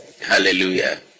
Hallelujah